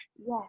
Yes